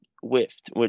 whiffed